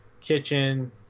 Kitchen